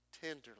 tenderly